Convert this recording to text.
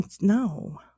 no